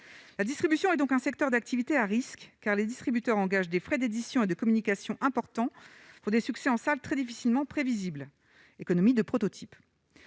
la distribution et donc un secteur d'activité à risque car les distributeurs engage des frais d'édition et de communication important pour des succès en salle très difficilement prévisibles, économie de prototypes